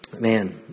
man